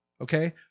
Okay